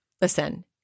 Listen